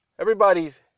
Everybody's